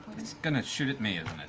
it's going to shoot at me, and